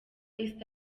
east